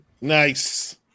Nice